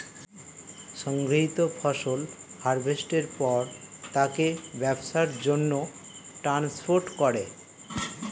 সংগৃহীত ফসল হারভেস্টের পর তাকে ব্যবসার জন্যে ট্রান্সপোর্ট করে